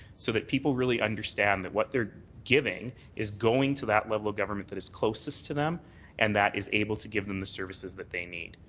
so that people really understand that what they're giving is going to that level of government that is closest to them and is able to give them the services that they need.